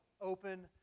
Open